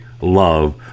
love